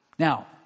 Now